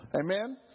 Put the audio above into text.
Amen